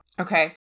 Okay